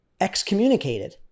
excommunicated